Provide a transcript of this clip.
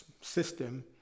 system